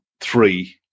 three